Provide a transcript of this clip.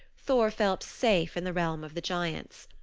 thor felt safe in the realm of the giants.